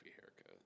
haircut